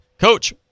Coach